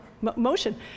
motion